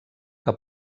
que